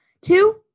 Two